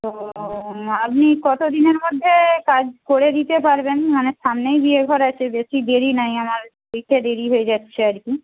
তো আপনি কত দিনের মধ্যে কাজ করে দিতে পারবেন মানে সামনেই বিয়ে ঘর আছে বেশী দেরি নেই আমার দিতে দেরি হয়ে যাচ্ছে আর কি